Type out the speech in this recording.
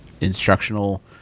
instructional